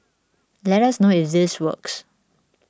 let us know if this works